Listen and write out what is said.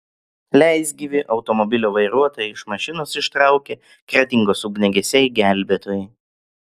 leisgyvį automobilio vairuotoją iš mašinos ištraukė kretingos ugniagesiai gelbėtojai